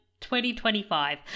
2025